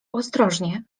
ostrożnie